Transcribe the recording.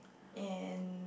and